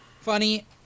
funny